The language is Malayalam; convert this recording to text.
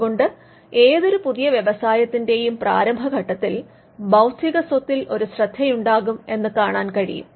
അത് കൊണ്ട് ഏതൊരു പുതിയ വ്യവസായത്തിന്റെയും പ്രാരംഭഘട്ടത്തിൽ ബൌദ്ധികസ്വത്തിൽ ഒരു ശ്രദ്ധയുണ്ടാകും എന്ന് കാണാൻ കഴിയും